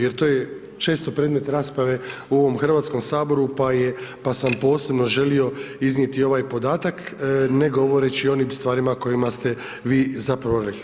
Jer to je često predmet rasprave u ovom Hrvatskom saboru pa je, pa sam posebno želio iznijeti ovaj podatak ne govoreći o onim stvarima o kojima ste vi zapravo rekli.